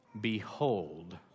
Behold